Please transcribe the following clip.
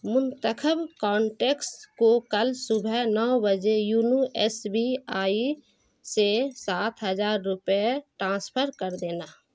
منتخب کانٹیکس کو کل صبح نو بجے یونو ایس بی آئی سے سات ہزار روپے ٹرانسفر کر دینا